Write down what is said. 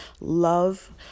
love